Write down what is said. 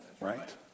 right